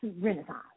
Renaissance